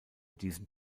diesen